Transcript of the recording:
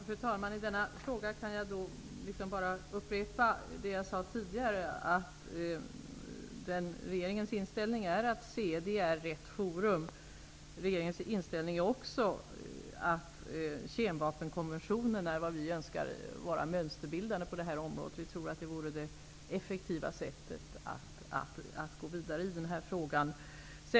Fru talman! I denna fråga kan jag bara upprepa det jag sade tidigare, att regeringens inställning är att CD i Genève är rätt forum. Kemvapenkonventionen är vad vi önskar vara mönsterbildande på det här området. Vi tror att upprättande av en liknande konvention vore det effektiva sättet att gå vidare i frågan.